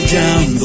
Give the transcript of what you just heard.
down